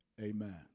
Amen